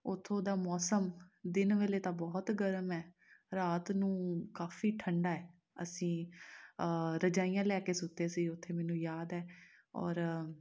ਉੱਥੋਂ ਦਾ ਮੌਸਮ ਦਿਨ ਵੇਲੇ ਤਾਂ ਬਹੁਤ ਗਰਮ ਹੈ ਰਾਤ ਨੂੰ ਕਾਫੀ ਠੰਡਾ ਹੈ ਅਸੀਂ ਰਜਾਈਆਂ ਲੈ ਕੇ ਸੁੱਤੇ ਸੀ ਉੱਥੇ ਮੈਨੂੰ ਯਾਦ ਹੈ ਔਰ